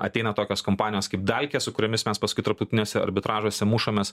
ateina tokios kompanijos kaip dalkė su kuriomis mes paskui tarptautiniuose arbitražuose mušamės